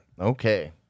Okay